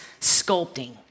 sculpting